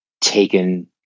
taken